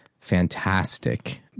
fantastic